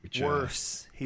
Worse